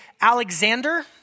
Alexander